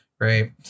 right